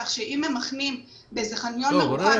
כך שאם הם מחנים באיזה חניון מרוחק